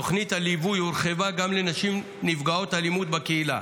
תוכנית הליווי הורחבה גם לנשים נפגעות אלימות בקהילה.